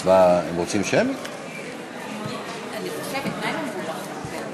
אדוני היושב-ראש,